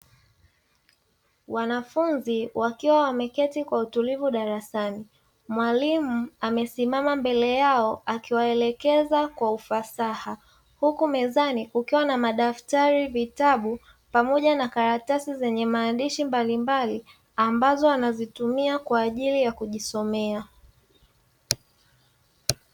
Wanafunzi wakiwa wameketi kwa utulivu darasani. Mwalimu amesimama mbele yao akiwaelekeza kwa ufasaha, huku mezani kukiwa na: madaftari, vitabu pamoja na karatasi zenye maandishi mbalimbali; ambazo wanazitumia kwa ajili ya kujisomea.